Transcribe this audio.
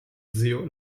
zio